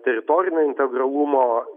teritorinio integralumo